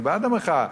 אני בעד המחאה,